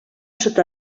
sud